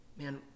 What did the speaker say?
man